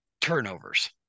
turnovers